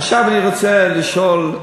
עכשיו אני רוצה לשאול,